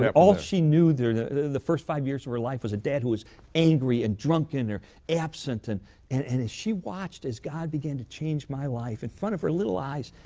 but all she knew during the first five years of her life was a dad who was angry and drunken or absent. and and and as she watched as god began to change my life in front of her little eyes,